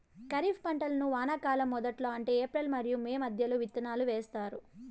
ఖరీఫ్ పంటలను వానాకాలం మొదట్లో అంటే ఏప్రిల్ మరియు మే మధ్యలో విత్తనాలు వేస్తారు